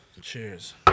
Cheers